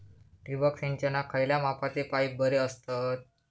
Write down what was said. ठिबक सिंचनाक खयल्या मापाचे पाईप बरे असतत?